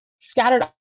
scattered